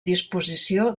disposició